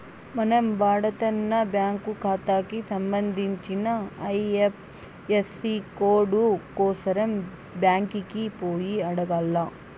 మనం వాడతన్న బ్యాంకు కాతాకి సంబంధించిన ఐఎఫ్ఎసీ కోడు కోసరం బ్యాంకికి పోయి అడగాల్ల